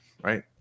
right